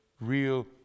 real